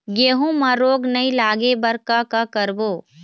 गेहूं म रोग नई लागे बर का का करबो?